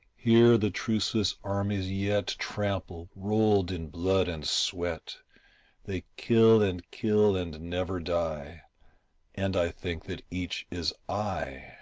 here the truceless armies yet trample, rolled in blood and sweat they kill and kill and never die and i think that each is i.